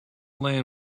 land